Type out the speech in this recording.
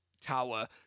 tower